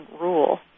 rule